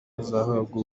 azahabwa